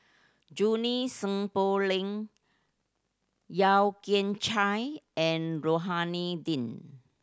Junie Sng Poh Leng Yeo Kian Chye and Rohani Din